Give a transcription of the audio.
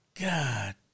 God